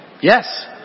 Yes